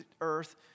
earth